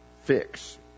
fix